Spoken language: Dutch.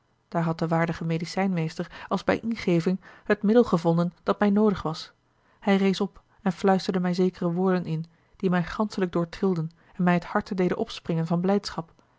daar had de waardige medicijnmeester als bij ingeving het middel gevonden dat mij noodig was hij rees op en fluisterde mij zekere woorden in die mij ganschelijk doortrilden en mij het harte deden opspringen van blijdschap